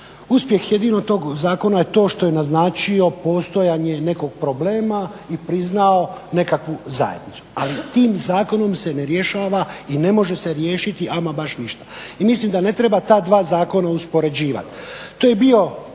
uspjeh jedino tog zakona je to što je naznačio postojanje nekog problem i priznao nekakvu zajednicu, ali tim zakonom se ne rješava i ne može se riješiti ama baš ništa i mislim da ne treba ta dva zakona uspoređivati.